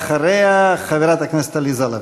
ואחריה, חברת הכנסת עליזה לביא.